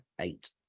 eight